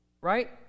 right